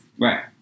Right